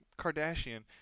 Kardashian